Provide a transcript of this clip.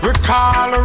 Recall